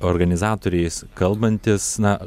organizatoriais kalbantis na